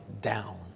down